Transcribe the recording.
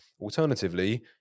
Alternatively